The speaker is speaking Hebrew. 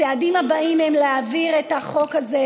הצעדים הבאים הם להעביר את החוק הזה,